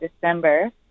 december